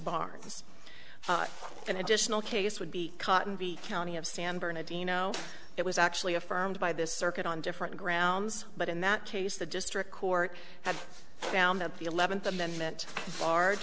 bars an additional case would be cotton v county of san bernardino it was actually affirmed by this circuit on different grounds but in that case the district court had found that the eleventh amendment bar